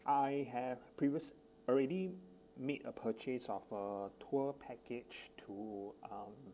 I have previous already made a purchase of a tour package to um